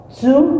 two